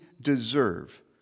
deserve